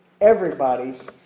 Everybody's